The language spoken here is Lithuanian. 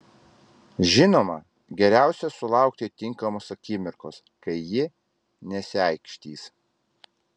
žinoma geriausia sulaukti tinkamos akimirkos kai ji nesiaikštys